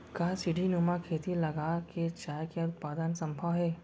का सीढ़ीनुमा खेती लगा के चाय के उत्पादन सम्भव हे?